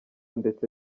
ndetse